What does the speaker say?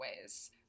ways